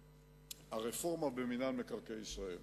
הרפורמה במינהל מקרקעי ישראל.